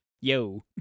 Yo